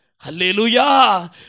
Hallelujah